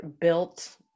built